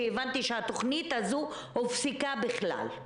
הבנתי שהתוכנית הזאת הופסקה בכלל.